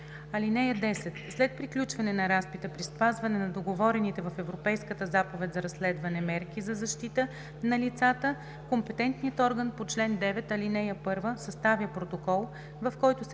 (10) След приключване на разпита при спазване на договорените в Европейската заповед за разследване мерки за защита на лицата компетентният орган по чл. 9, ал. 1 съставя протокол, в който се